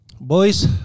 boys